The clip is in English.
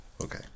Okay